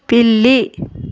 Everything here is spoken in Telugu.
పిల్లి